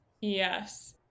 Yes